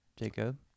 Jacob